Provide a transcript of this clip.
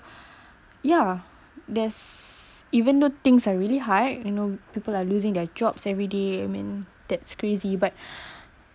ya there's even though things are really hard you know people are losing their jobs every day I mean that's crazy but